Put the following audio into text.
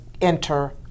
enter